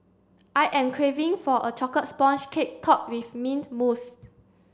I am craving for a chocolate sponge cake topped with mint mousse